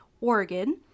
Oregon